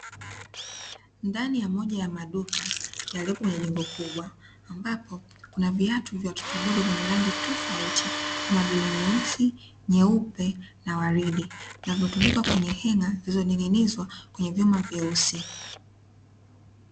Ndani ya moja ya maduka yaliyopo kwenye jengo kubwa, ambapo kuna viatu vya watoto wadogo venye rangi tofauti kama vile nyeusi, nyeupe na waridi vinavyotundikwa kwenye henga zilizoning'ing'izwa kwenye vyuma vyeusi.